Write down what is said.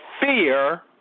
fear